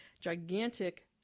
gigantic